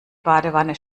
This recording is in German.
badewanne